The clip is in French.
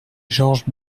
georges